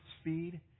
speed